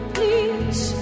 Please